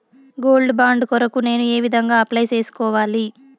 Gold bond కొరకు నేను ఏ విధంగా అప్లై సేసుకోవాలి?